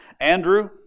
Andrew